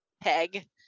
peg